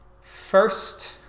First